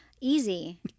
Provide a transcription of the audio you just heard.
Easy